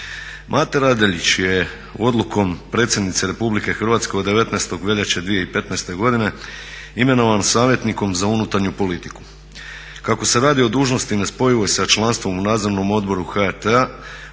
Mate Radeljić je odlukom predsjednice Republike Hrvatske od 19. veljače 2015. godine imenovan savjetnikom za unutarnju politiku. Kako se radi o dužnosti nespojivoj sa članstvom u Nadzornom odboru HRT-a